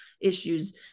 issues